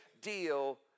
deal